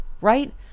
right